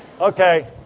okay